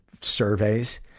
surveys